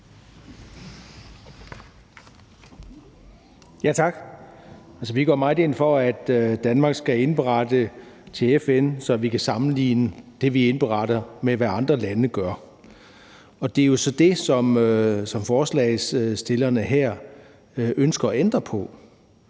Tak. Vi går meget ind for, at Danmark skal indberette til FN, så vi kan sammenligne det, vi indberetter, med det, andre lande gør. Det er så det, som forslagsstillerne her ønsker at ændre på.